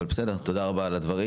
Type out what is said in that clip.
תודה רבה על הדברים.